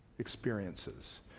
experiences